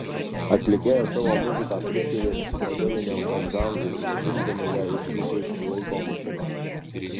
atlikėja savo muziką priskiria psichodeliniam popžanrui vadindama ją ištraukta iš laiko mašinos